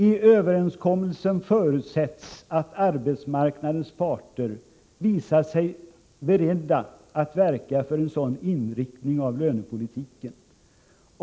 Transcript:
I överenskommelsen förutsätts att arbetsmarknadens parter visar sig beredda att verka för en sådan inriktning av lönepolitiken.